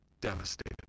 devastated